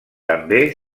també